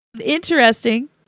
interesting